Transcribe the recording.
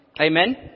Amen